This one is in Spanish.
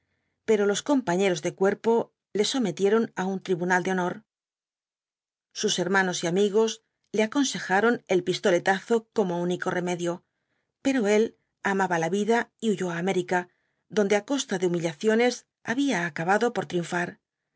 pero los compañeros de cuerpo le sometieron á un tribunal de honor sus hermanos y amigos le aconsejaron el pistoletazo como único remedio pero él amaba la vida y huyó á américa donde á costa de humillaciones había acabado por triunfar